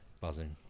buzzing